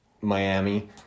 Miami